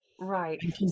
Right